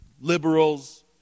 liberals